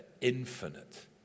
infinite